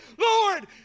Lord